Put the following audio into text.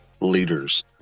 leaders